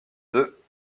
deux